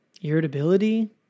irritability